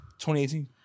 2018